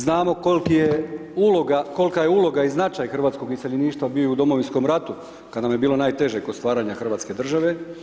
Znamo kolika je uloga i značaj hrvatskog iseljeništva bio i u Domovinskom ratu, kada nam je bilo najteže kod stvaranja Hrvatske države.